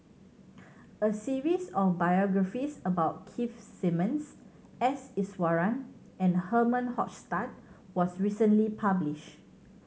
a series of biographies about Keith Simmons S Iswaran and Herman Hochstadt was recently publish